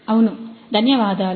అవును ధన్యవాదాలు